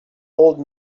old